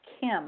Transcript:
Kim